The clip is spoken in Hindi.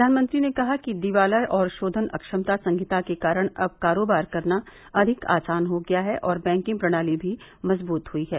प्रधानमंत्री ने कहा कि दीवाला और शोघन अक्षमता संहिता के कारण अब कारोबार करना अधिक आसान हो गया है और बैंकिंग प्रणाली भी मजबूत हुई है